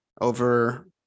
over